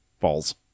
Falls